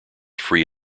free